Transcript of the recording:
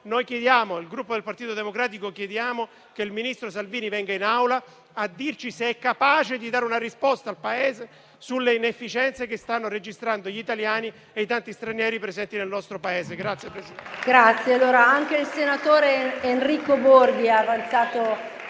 ferroviario, il Gruppo Partito Democratico chiede che il ministro Salvini venga in Aula a dirci se è capace di dare una risposta al Paese sulle inefficienze che stanno registrando gli italiani e i tanti stranieri presenti nel nostro Paese.